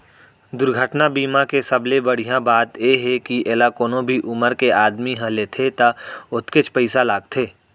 दुरघटना बीमा के सबले बड़िहा बात ए हे के एला कोनो भी उमर के आदमी ह लेथे त ओतकेच पइसा लागथे